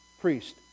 priest